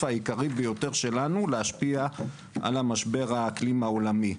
העיקרי ביותר שלנו להשפיע על משבר האקלים העולמי.